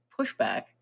pushback